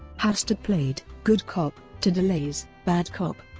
hastert played good cop to delay's bad cop.